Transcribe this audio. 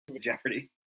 jeopardy